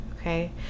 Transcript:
Okay